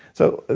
so,